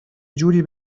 جوری